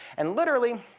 and literally,